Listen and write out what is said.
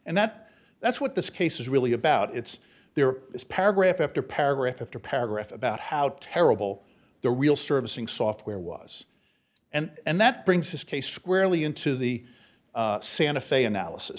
and that that's what this case is really about it's there is paragraph after paragraph after paragraph about how terrible the real servicing software was and that brings this case squarely into the santa fe analysis